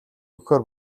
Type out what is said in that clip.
өгөхөөр